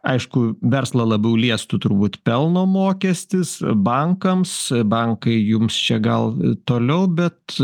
aišku verslą labiau liestų turbūt pelno mokestis bankams bankai jums čia gal toliau bet